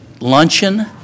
luncheon